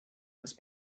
was